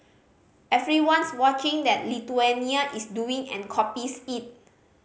everyone's watching that Lithuania is doing and copies it